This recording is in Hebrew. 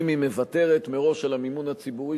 אם היא מוותרת מראש על המימון הציבורי